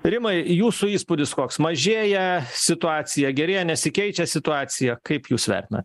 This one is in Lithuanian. rimai jūsų įspūdis koks mažėja situacija gerėja nesikeičia situacija kaip jūs vertinat